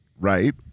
Right